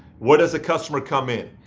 where does the customer come in?